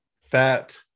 fat